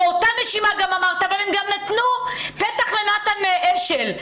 באותה נשימה גם אמרת שהם גם נתנו פתח לנתן אשל.